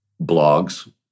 blogs